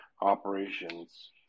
operations